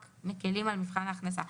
רק מקלים על מבחן ההכנסה.